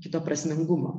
kito prasmingumo